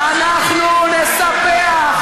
תספח.